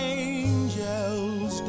angels